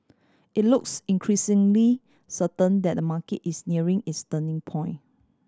it looks increasingly certain that the market is nearing its turning point